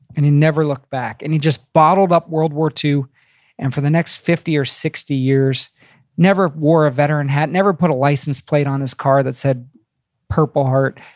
and he never looked back. and he just bottled up world war ii and for the next fifty or sixty years never wore a veteran hat, never put a license plate on his car that said purple heart.